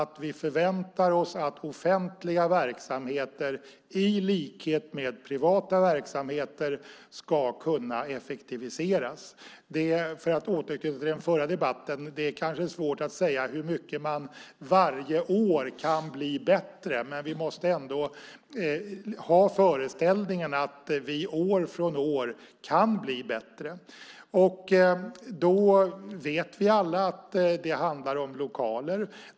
Vi förväntar oss att offentliga verksamheter i likhet med privata verksamheter ska kunna effektiviseras. Det är, för att återknyta till den förra debatten, kanske svårt att säga hur mycket bättre man kan bli varje år, men vi måste ändå ha föreställningen att vi år från år kan bli bättre. Då vet vi alla att det handlar om lokaler.